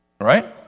Right